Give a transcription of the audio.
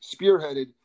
spearheaded